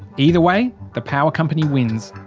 either way, the power company wins.